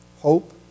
Hope